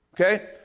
Okay